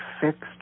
fixed